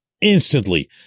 instantly